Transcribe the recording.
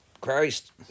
Christ